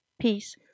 Peace